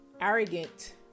Arrogant